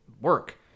work